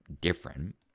different